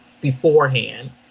beforehand